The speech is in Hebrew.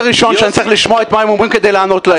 ראשון כשאני צריך לשמוע מה הם אומרים כדי לענות להם?